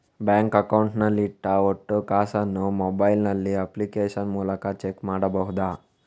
Bank account ನಲ್ಲಿ ಇಟ್ಟ ಒಟ್ಟು ಕಾಸನ್ನು ಮೊಬೈಲ್ ನಲ್ಲಿ ಅಪ್ಲಿಕೇಶನ್ ಮೂಲಕ ಚೆಕ್ ಮಾಡಬಹುದಾ?